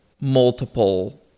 multiple